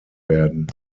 werden